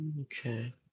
Okay